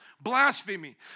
blasphemy